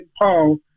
Paul